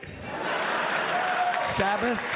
Sabbath